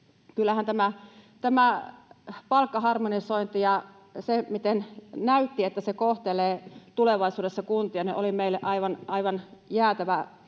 kyllähän tämä palkkaharmonisointi ja se, miten näytti, että se kohtelee tulevaisuudessa kuntia, oli meille aivan jäätävä